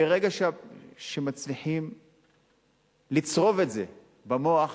ברגע שמצליחים לצרוב את זה במוח